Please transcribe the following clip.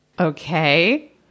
Okay